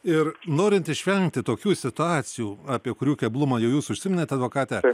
ir norint išvengti tokių situacijų apie kurių keblumą jau jūs užsiminėte advokate